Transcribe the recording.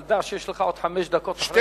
אבל דע שיש לך עוד חמש דקות אחרי,